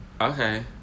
Okay